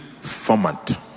format